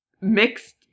mixed